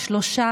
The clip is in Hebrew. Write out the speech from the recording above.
(גרירת רכבים נטושים),